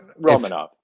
Romanov